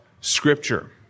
Scripture